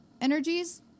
energies